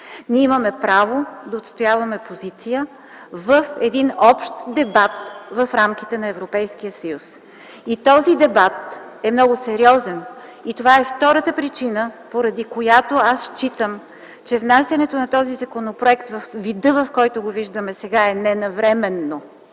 Ние имаме право да отстояваме позиция в един общ дебат в рамките на Европейския съюз. Този дебат е много сериозен и това е втората причина, поради която считам, че внасянето на този законопроект във вида, в който го виждаме сега, е ненавременно.